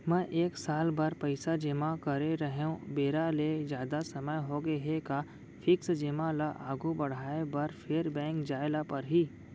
मैं एक साल बर पइसा जेमा करे रहेंव, बेरा ले जादा समय होगे हे का फिक्स जेमा ल आगू बढ़ाये बर फेर बैंक जाय ल परहि?